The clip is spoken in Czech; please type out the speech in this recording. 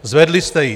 Zvedli jste ji.